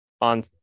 on